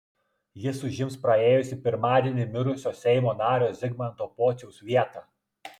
jis užims praėjusį pirmadienį mirusio seimo nario zigmanto pociaus vietą